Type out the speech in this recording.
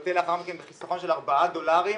מתבטא לאחר מכן בחיסכון של ארבעה דולרים